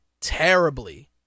terribly